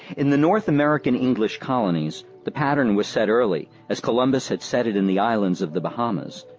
in the north american english colonies, the pattern was set early, as columbus had set it in the islands of the bahamas.